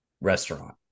restaurant